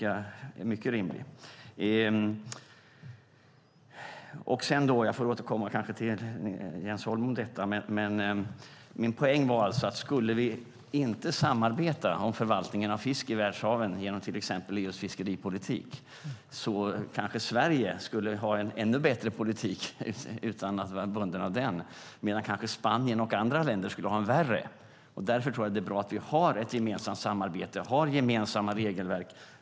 Jag får kanske återkomma till Jens Holm om detta, men min poäng var alltså att om vi inte skulle samarbeta om förvaltningen av fisk i världshaven genom till exempel EU:s fiskeripolitik, om Sverige inte skulle vara bunden av den, kanske Sverige skulle ha en ännu bättre politik medan kanske Spanien och andra länder skulle ha en värre. Därför tror jag att det är bra att vi har ett samarbete och gemensamma regelverk.